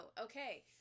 Okay